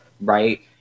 right